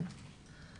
כן.